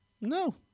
No